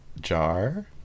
jar